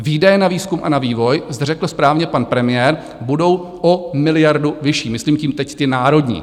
Výdaje na výzkum a vývoj, jak zde řekl správně pan premiér, budou o miliardu vyšší, myslím tím teď ty národní.